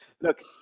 Look